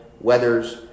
Weathers